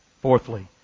Fourthly